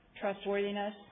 trustworthiness